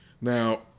Now